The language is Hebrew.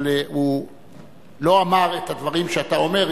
אבל הוא לא אמר את הדברים שאתה אומר.